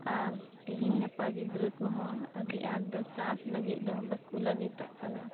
ᱟᱨ ᱛᱮᱹᱦᱮᱹᱧ ᱜᱟᱯᱟ ᱜᱤᱫᱽᱨᱟᱹ ᱠᱚᱦᱚᱸ ᱟᱰᱤ ᱟᱸᱴ ᱫᱚ ᱪᱟᱥ ᱞᱟᱜᱤᱫ ᱫᱚ ᱵᱟᱠᱚ ᱞᱟᱜᱤᱫᱚᱜ ᱠᱟᱱᱟ